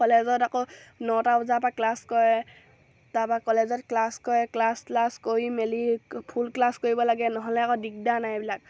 কলেজত আকৌ নটা বজাপৰা ক্লাছ কৰে তাৰপৰা কলেজত ক্লাছ কৰে ক্লাছ স্লাছ কৰি মেলি ফুল ক্লাছ কৰিব লাগে নহ'লে আকৌ দিগদাৰ নে এইবিলাক